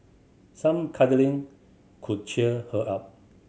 some cuddling could cheer her up